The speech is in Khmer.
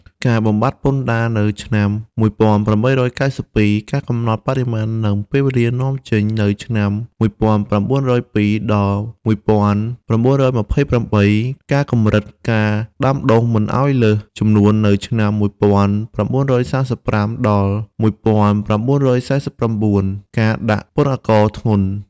ការបំបាត់ពន្ធដារនៅឆ្នាំ ១៨៩២ ការកំណត់បរិមាណ និងពេលវេលានាំចេញនៅឆ្នាំ ១៩០២ ដល់ ១៩២៨ ការកម្រិតការដាំដុះមិនឱ្យលើសចំនួននៅឆ្នាំ ១៩៣៥ ដល់ ១៩៤៩ ការដាក់ពន្ធអាករធ្ងន់។